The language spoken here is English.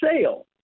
sale